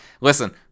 Listen